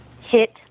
hit